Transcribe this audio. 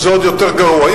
זה עוד יותר גרוע.